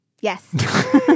Yes